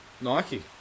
Nike